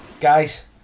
guys